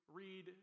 read